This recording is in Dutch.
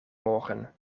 morgen